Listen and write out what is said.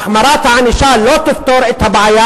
החמרת הענישה לא תפתור את הבעיה.